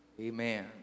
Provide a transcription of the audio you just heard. Amen